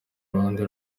ruhande